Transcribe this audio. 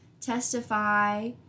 testify